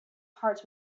hearts